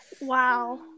Wow